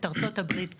את ארצות הברית גם,